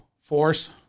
force